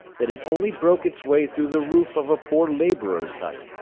that it only broke its way through the roof of a poor labourer's hut,